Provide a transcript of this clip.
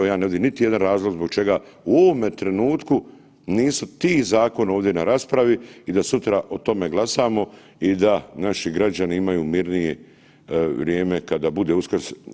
Ja ne vidim niti jedan razlog zbog čega u ovome trenutku nisu ti zakoni ovdje na raspravi i da sutra o tome glasamo i da naši građani imaju mirniji vrijeme kada bude Uskrs.